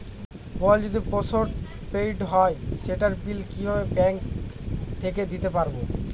Mobile যদি post paid হয় সেটার বিল কিভাবে ব্যাংক থেকে দিতে পারব?